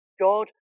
God